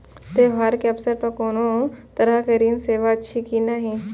त्योहार के अवसर पर कोनो तरहक ऋण सेवा अछि कि नहिं?